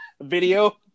video